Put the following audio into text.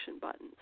buttons